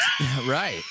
Right